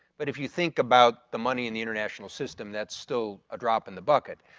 but if you think about the money in the international system that's still a drop in the bucket.